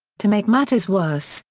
to make matters worse,